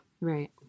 right